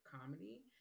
comedy